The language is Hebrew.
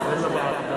ועדת הכלכלה.